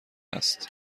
است